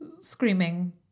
screaming